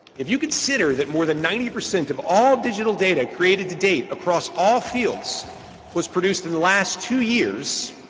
if you consider that more than ninety percent of all digital data created to date across all fields was produced in the last two years,